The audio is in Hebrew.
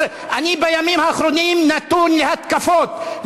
אני בימים האחרונים נתון להתקפות,